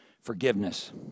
Forgiveness